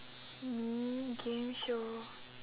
me game show